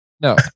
no